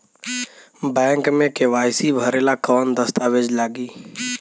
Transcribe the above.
Bank मे KYC भरेला कवन दस्ता वेज लागी?